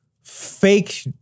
fake